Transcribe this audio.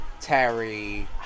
Terry